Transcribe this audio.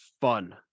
fun